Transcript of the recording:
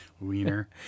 Wiener